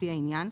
לפי העניין,